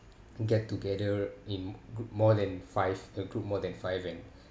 get together in group more than five a group more than five and